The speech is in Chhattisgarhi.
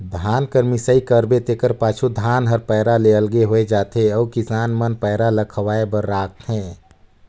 धान कर मिसाई करबे तेकर पाछू धान हर पैरा ले अलगे होए जाथे अउ किसान मन पैरा ल खवाए बर राखथें